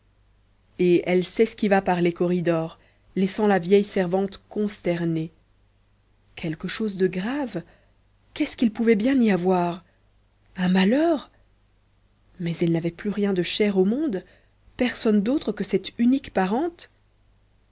et elle s'esquiva par les corridors laissant la vieille servante consternée quelque chose de grave qu'est-ce qu'il pouvait bien y avoir un malheur mais elle n'avait plus rien de cher au monde personne d'autre que cette unique parente